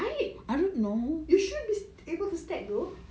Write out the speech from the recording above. there goes my fifty